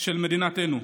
של מדינתנו.